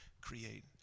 create